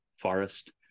forest